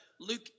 Luke